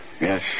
Yes